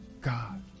God